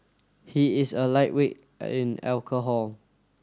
he is a lightweight in alcohol